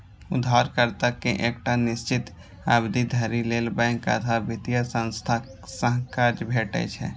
उधारकर्ता कें एकटा निश्चित अवधि धरि लेल बैंक अथवा वित्तीय संस्था सं कर्ज भेटै छै